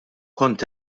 kont